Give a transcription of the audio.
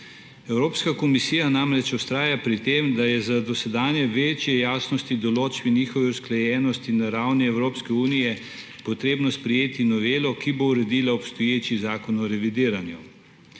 Evropska komisija namreč vztraja pri tem, da je za dosedanje večje jasnosti določb v njihovi usklajenosti na ravni Evropske unije potrebno sprejeti novelo, ki bo uredila obstoječi Zakon o revidiranju.